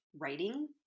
writing